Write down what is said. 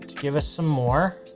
give us some more.